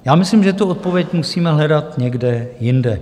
Já myslím, že tu odpověď musíme hledat někde jinde.